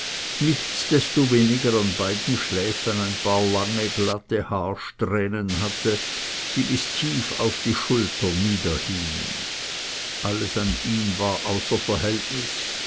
nichtsdestoweniger an beiden schläfen ein paar lange glatte haarsträhnen hatte die bis tief auf die schulter niederhingen alles an ihm war außer verhältnis